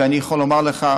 ואני יכול לומר לך,